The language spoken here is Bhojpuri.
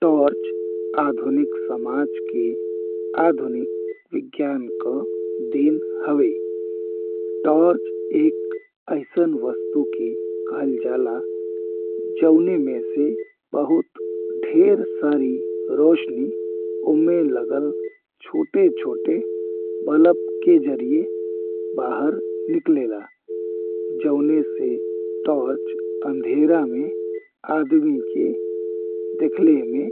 टॉर्च आधुनिक समाज के आधुनिक विज्ञान का देन हवे। टॉर्च एक अइसन वस्तु के कहल जाला जौन में से बहुत ढेर सारी रोशनी ओमे लागल छोटे-छोटे बल्ब के जरिये बाहर निकलला जौन से टॉर्च अँधेरा में आदमी के देखले में